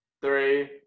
Three